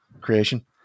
creation